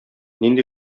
нинди